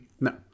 No